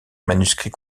manuscrits